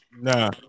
nah